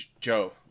Joe